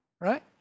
right